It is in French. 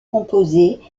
composées